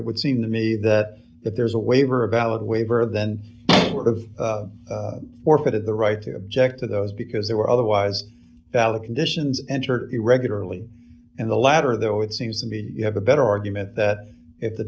it would seem to me that that there's a waiver a valid waiver then were have forfeited the right to object to those because they were otherwise valid conditions entered you regularly and the latter though it seems to be you have a better argument that if the